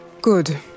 Good